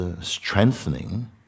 strengthening